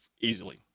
easily